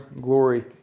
glory